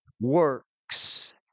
works